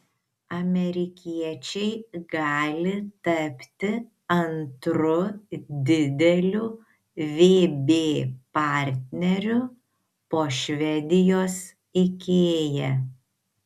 amerikiečiai gali tapti antru dideliu vb partneriu po švedijos ikea